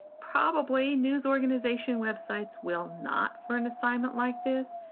probably news organization websites will not for an assignment like this.